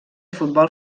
futbol